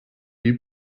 die